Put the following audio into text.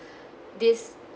this